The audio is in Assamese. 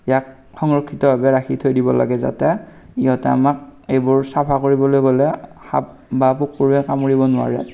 ইয়াত সংৰক্ষিতভাৱে ৰাখি থৈ দিব লাগে যাতে ইহঁতে আমাক এইবোৰ চাফা কৰিবলৈ গ'লে সাপ বা কুকুৰে কামুৰিব নোৱাৰে